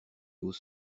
aux